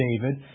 David